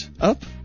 up